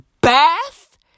Bath